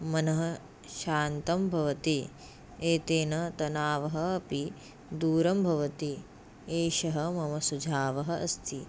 मनः शान्तं भवति एतेन तनावः अपि दूरं भवति एषः मम सुझावः अस्ति